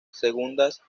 segundas